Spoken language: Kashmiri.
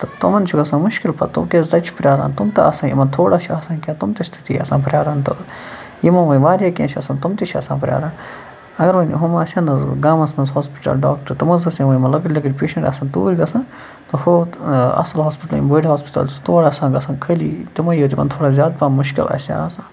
تہٕ تِمَن چھُ گژھان مُشکل پَتہٕ کیٛازِ تَتہِ چھِ پرٛاران تِم تہٕ آسان یِمَن تھوڑا چھِ آسان کینٛہہ تِم تہِ چھِ تٔتی آسان پرٛاران تہٕ یِمن وونۍ واریاہ کینٛہہ چھِ آسان تِم تہِ چھِ آسان پرٛاران اگر وۄنۍ ہُم آسن نہٕ حظ گامَس منٛز ہاسپِٹَل ڈاکٹر تِم حظ ٲسۍ یِمَے یِم لَکٕٹۍ لَکٕٹۍ پیشَںٛٹ آسہٕ ہَن توٗرۍ گژھان تہٕ ہُتھ اَصٕل ہاسپِٹل یِم بٔڑۍ ہاسپِٹل چھِ تور آسہٕ ہَن گژھان خٲلی تِمَے ییٲتۍ یِمَن تھوڑا زیادٕ پَہَم مُشکل آسہِ ہا آسان